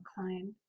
client